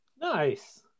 Nice